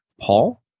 Paul